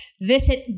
Visit